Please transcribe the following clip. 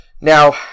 Now